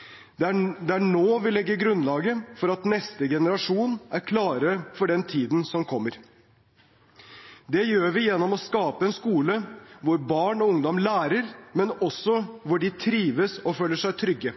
og fordypning. Det er nå vi legger grunnlaget for at neste generasjon er klar for den tiden som kommer. Det gjør vi gjennom å skape en skole hvor barn og ungdom lærer, men også hvor de trives og føler seg trygge.